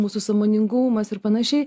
mūsų sąmoningumas ir panašiai